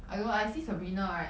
I don't I see Sabrina right